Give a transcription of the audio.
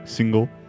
single